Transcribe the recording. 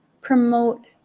promote